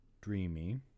dreamy